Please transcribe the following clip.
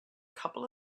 couple